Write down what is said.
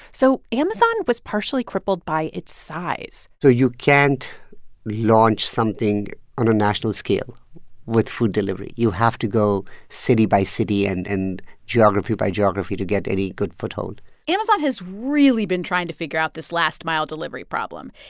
so amazon was partially crippled by its size so you can't launch something on a national scale with food delivery. you have to go city by city and and geography by geography to get any good foothold amazon has really been trying to figure out this last-mile delivery problem.